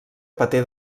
paté